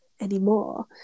anymore